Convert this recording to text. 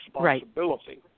Responsibility